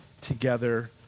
together